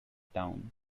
town